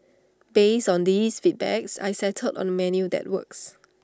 based on these feedbacks I settled on A menu that works